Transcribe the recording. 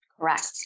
Correct